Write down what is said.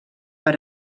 per